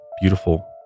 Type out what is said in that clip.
beautiful